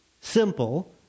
simple